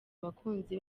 abakunzi